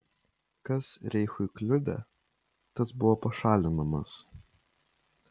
kas reichui kliudė tas buvo pašalinamas